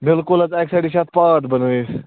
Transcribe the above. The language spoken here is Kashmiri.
بِلکُل حظ اَکہِ سایڈٕ چھُ اَتھ پاتھ بَنٲوِتھ